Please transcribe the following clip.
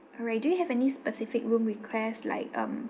alright do you have any specific room request like um